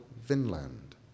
Vinland